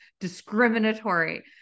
discriminatory